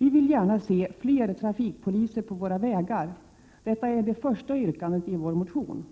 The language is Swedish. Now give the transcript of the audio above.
Vi vill gärna se fler trafikpoliser på våra vägar. Detta är det första yrkandet i vår motion.